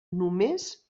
només